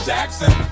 Jackson